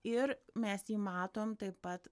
ir mes jį matom taip pat